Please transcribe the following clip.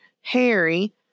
Harry